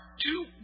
two